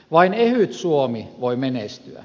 vain ehyt suomi voi menestyä